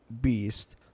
beast